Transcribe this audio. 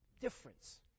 difference